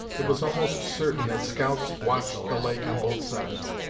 it was almost certain that scouts watched the lake on both sides,